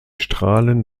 strahlen